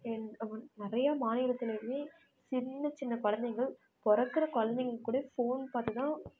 நிறைய மாநிலத்துலயும் சின்ன சின்ன குழந்தைங்கள் பிறக்குற குழந்தைங்க கூட ஃபோன் பார்த்து தான்